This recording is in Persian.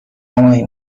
نمایی